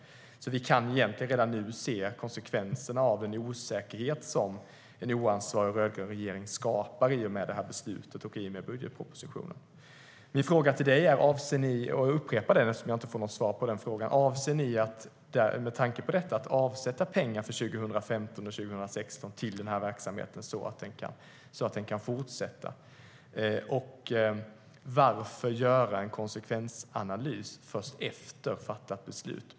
Vi kan alltså egentligen redan nu se konsekvenserna av en osäkerhet som en oansvarig rödgrön regering skapar i och med det här beslutet och i och med budgetpropositionen. Jag upprepar min fråga, eftersom jag inte har fått något svar på den frågan: Avser ni med tanke på detta att avsätta pengar för 2015 och 2016 till den här verksamheten, så att den kan fortsätta? Och varför gör man en konsekvensanalys först efter fattat beslut?